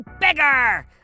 bigger